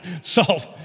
Salt